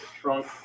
trunk